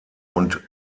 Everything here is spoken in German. und